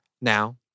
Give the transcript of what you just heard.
Now